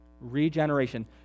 Regeneration